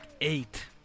eight